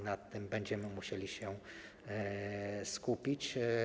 Na tym będziemy musieli się skupić.